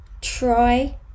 try